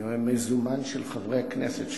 אני רואה מזומן של חברי הכנסת,